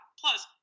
Plus